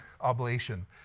oblation